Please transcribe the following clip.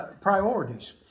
priorities